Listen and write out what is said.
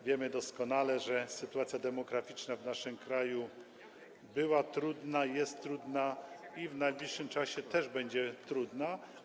Wiemy doskonale, że sytuacja demograficzna w naszym kraju była trudna, jest trudna i w najbliższym czasie też będzie trudna.